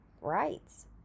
rights